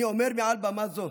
אני אומר מעל במה זו,